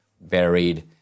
buried